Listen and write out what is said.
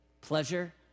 pleasure